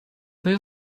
there